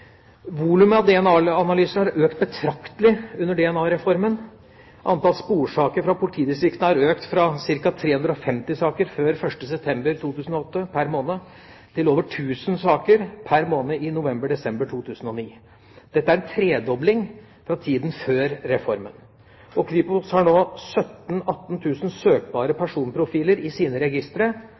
Volumet av DNA-analyser har økt betraktelig under DNA-reformen. Antall sporsaker fra politidistriktene har økt fra ca. 350 saker pr. måned før 1. september 2008 til over 1 000 saker pr. måned i november–desember 2009. Dette er en tredobling fra tiden før reformen. Kripos har nå 17 000–18 000 søkbare personprofiler i sine registre.